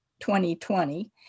2020